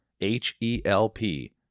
H-E-L-P